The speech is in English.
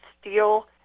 Steel